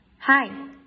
Hi